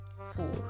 Four